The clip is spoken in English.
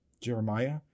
Jeremiah